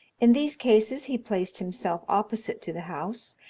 in these cases he placed himself opposite to the house,